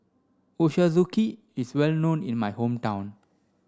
Ochazuke is well known in my hometown